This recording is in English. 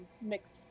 mixed